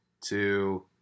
two